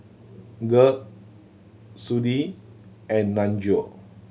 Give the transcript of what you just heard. Garth Sudie and Nunzio